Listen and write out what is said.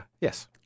Yes